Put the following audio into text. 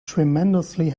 tremendously